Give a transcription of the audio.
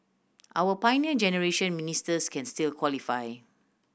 our Pioneer Generation Ministers can still qualify